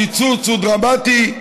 הקיצוץ הוא דרמטי,